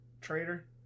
traitor